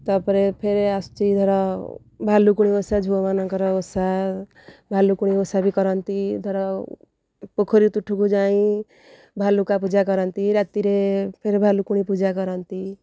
ତା'ପରେ ଫେରେ ଆସୁଚି ଧର ଭାଲୁକୁଣୀ ଓଷା ଝିଅମାନଙ୍କର ଓଷା ଭାଲୁକୁଣୀ ଓଷା ବି କରନ୍ତି ଧର ପୋଖରୀ ତୋଠୁକୁ ଯାଇ ବାଲୁକା ପୂଜା କରନ୍ତି ରାତିରେ ଫେରେ ଭାଲୁକୁଣୀ ପୂଜା କରନ୍ତି